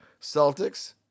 Celtics